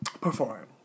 perform